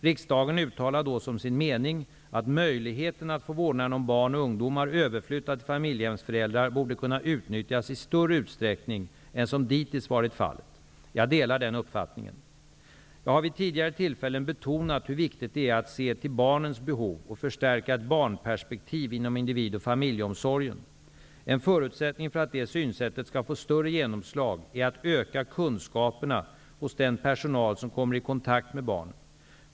Riksdagen uttalade då som sin mening att möjligheten att få vårdnaden om barn och ungdomar överflyttad till familjhemsföräldrar borde kunna utnyttjas i större utsträckning än som dittills varit fallet. Jag delar den uppfattningen. Jag har vid tidigare tillfällen betonat hur viktigt det är att se till barnens behov och förstärka ett barnperspektiv inom individ och familjeomsorgen. En förutsättning för att detta synsätt skall få större genomslag är att öka kunskaperna hos den personal som kommer i kontakt med barnen.